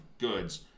goods